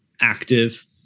active